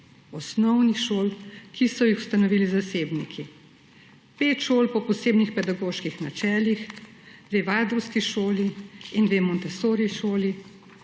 osnovnih šol, ki so jih ustanovili zasebniki, 5 šol po posebnih pedagoških načelih, dve waldorfski šoli in dve montessori šoli,